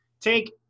take